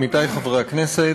עמיתי חברי הכנסת,